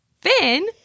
Finn